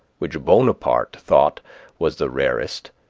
which bonaparte thought was the rarest,